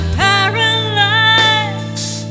paralyzed